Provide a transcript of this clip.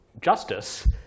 justice